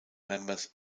members